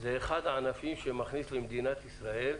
שזה אחד הענפים שמכניס למדינת ישראל,